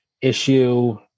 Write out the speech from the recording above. issue